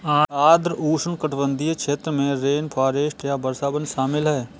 आर्द्र उष्णकटिबंधीय क्षेत्र में रेनफॉरेस्ट या वर्षावन शामिल हैं